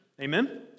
Amen